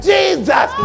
Jesus